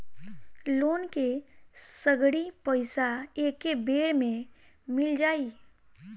Loan के सगरी पइसा एके बेर में मिल जाई?